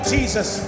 Jesus